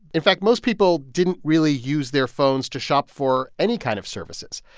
in fact, most people didn't really use their phones to shop for any kind of services.